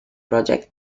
project